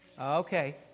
Okay